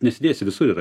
nesidėsi visur yra